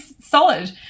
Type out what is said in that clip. solid